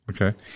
Okay